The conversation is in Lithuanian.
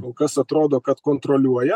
kol kas atrodo kad kontroliuoja